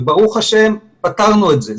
וברוך ה' פתרנו את זה.